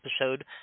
episode